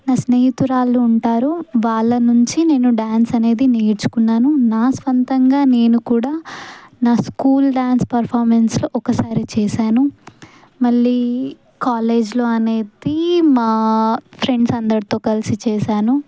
నా స్నేహితురాళ్ళు ఉంటారు వాళ్ళ నుంచి నేను డ్యాన్స్ అనేది నేర్చుకున్నాను నా స్వంతంగా నేను కూడా నా స్కూల్ డ్యాన్స్ పర్ఫార్మెన్స్లో ఒకసారి చేశాను మళ్ళీ కాలేజ్లో అనేది మా ఫ్రెండ్స్ అందరితో కలిసి చేశాను